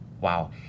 Wow